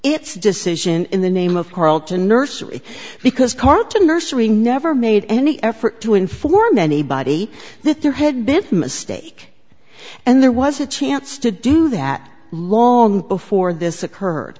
its decision in the name of carlton nursery because carlton nursery never made any effort to inform anybody that there had been a mistake and there was a chance to do that long before this occurred